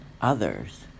others